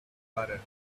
father